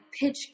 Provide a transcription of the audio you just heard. pitch